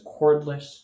cordless